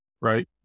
right